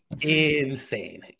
insane